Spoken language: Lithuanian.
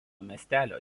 miestelio